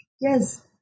Yes